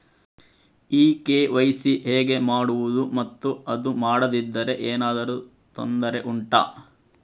ಈ ಕೆ.ವೈ.ಸಿ ಹೇಗೆ ಮಾಡುವುದು ಮತ್ತು ಅದು ಮಾಡದಿದ್ದರೆ ಏನಾದರೂ ತೊಂದರೆ ಉಂಟಾ